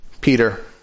Peter